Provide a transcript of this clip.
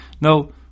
no